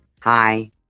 Hi